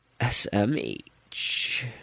SMH